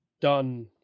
done